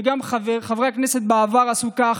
וגם חברי הכנסת בעבר עשו כך,